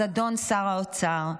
אז אדון שר האוצר,